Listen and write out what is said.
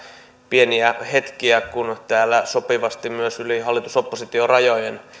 pieniä hetkiä kun täällä sopivasti myös yli hallitus oppositio rajojen